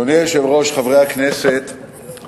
אדוני היושב-ראש, חברי הכנסת,